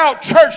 Church